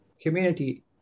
community